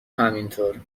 همینطور